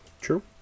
True